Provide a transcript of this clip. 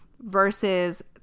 versus